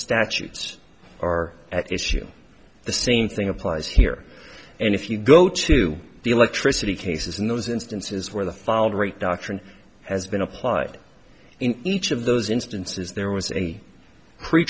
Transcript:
statutes are at issue the same thing applies here and if you go to the electricity cases in those instances where the filed rate doctrine has been applied in each of those instances there was a pre